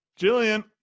Jillian